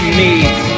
meet